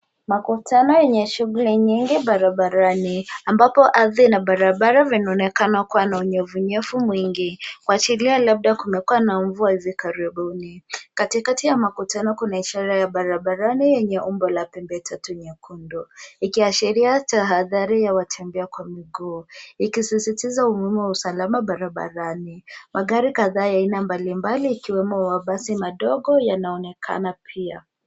Makutano yenye shughuli nyingi barabarani, ambapo ardhi na barabara vinaonekana kuwa na unyevunyevu mwingi, kuashiria labda kumekuwa na mvua hizi karibuni. Katikati ya makutano kuna ishara ya barabarani yenye umbo la pembetatu nyekundu, ikiashiria tahadhari ya watembea kwa miguu, likisisitiza umuhimu wa usalama barabarani. Magari kadhaa ya aina mbalimbali ,ikiwemo wa basi madogo yanaonekana pia.